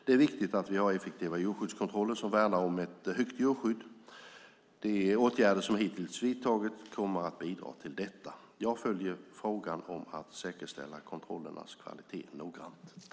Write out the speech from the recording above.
Det är viktigt att vi har effektiva djurskyddskontroller som värnar om ett högt djurskydd. De åtgärder som hittills vidtagits kommer att bidra till detta. Jag följer frågan om att säkerställa kontrollernas kvalitet noggrant.